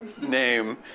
name